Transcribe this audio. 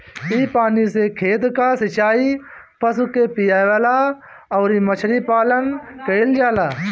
इ पानी से खेत कअ सिचाई, पशु के पियवला अउरी मछरी पालन कईल जाला